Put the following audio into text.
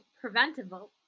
preventable